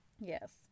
Yes